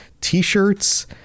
T-shirts